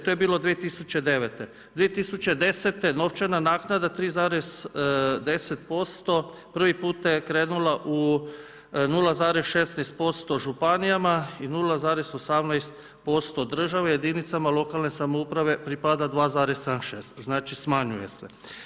To je 2009., 2010. novčana naknada 3,10% prvi puta je krenula u 0,16% županijama i 0,18% državi, jedinicama lokalne samouprave pripada 2,76, znači smanjuje se.